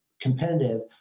competitive